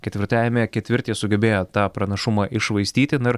ketvirtajame ketvirtyje sugebėjo tą pranašumą iššvaistyti na ir